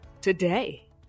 today